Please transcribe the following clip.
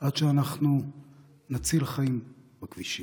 עד שנציל חיים בכבישים.